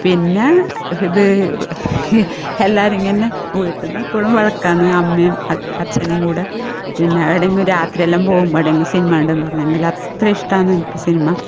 പിന്നെ ഇത് എല്ലാവരും ഇങ്ങനെ വീട്ടിൽനിന്ന് എപ്പോഴും വഴക്കാണെന്ന് അമ്മയും അ അച്ഛനും കൂടെ പിന്നെ ഏടെങ്കും രാത്രിയെല്ലാം പോവുമ്പം എവിടെയെങ്കിലും സിനിമ ഉണ്ടെന്ന് പറഞ്ഞെങ്കിൽ അത്ര ഇഷ്ടമാണ് എനിക്ക് സിനിമ